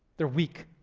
they're weak,